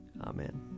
Amen